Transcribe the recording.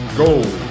gold